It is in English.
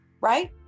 right